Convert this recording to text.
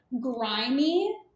Grimy